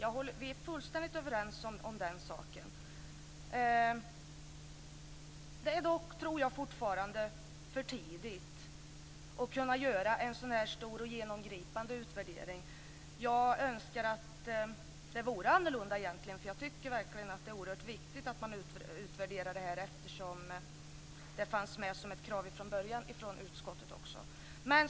Vi är fullständigt överens om den saken. Det är dock, tror jag, fortfarande för tidigt att kunna göra en så stor och genomgripande utvärdering. Jag önskar att det vore annorlunda, för jag tycker verkligen att det är oerhört viktigt att man gör en utvärdering eftersom det fanns med som ett krav från utskottet från början.